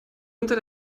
unter